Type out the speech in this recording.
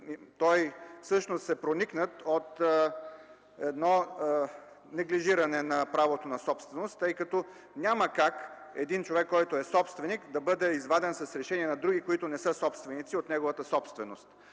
Всъщност той е проникнат от неглижиране на правото на собственост, тъй като няма как един човек, който е собственик, да бъде изваден с решение на други, които не са собственици, от неговата собственост.